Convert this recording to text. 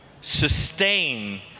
sustain